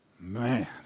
Man